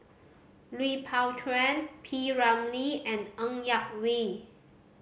Lui Pao Chuen P Ramlee and Ng Yak Whee